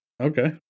Okay